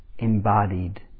embodied